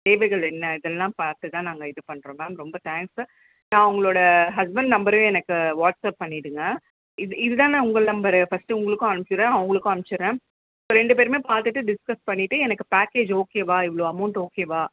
தேவைகள் என்ன இதெல்லாம் பார்த்துதான் நாங்கள் இது பண்ணுறோம் மேம் ரொம்ப தேங்க்ஸ்ஸு நான் உங்களோடய ஹஸ்பெண்ட் நம்பரும் எனக்கு வாட்ஸ்அப் பண்ணிடுங்க இது இதுதானே உங்கள் நம்பரு ஃபஸ்ட்டு உங்களுக்கும் அனுப்பிச்சிடுறேன் அவங்களுக்கும் அனுப்ச்சிடுறேன் ஸோ ரெண்டு பேருமே பார்த்துட்டு டிஸ்கஸ் பண்ணிட்டு எனக்கு பேக்கேஜ் ஓகேவா இவ்வளோ அமௌண்ட் ஓகேவா